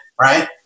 right